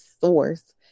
source